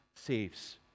saves